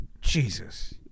Jesus